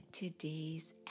today's